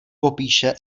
popíše